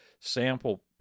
sample